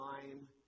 time